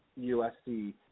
USC